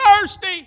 thirsty